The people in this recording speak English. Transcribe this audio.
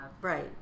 Right